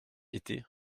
était